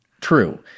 True